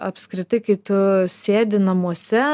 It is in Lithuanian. apskritai kai tu sėdi namuose